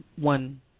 one